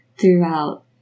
throughout